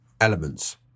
elements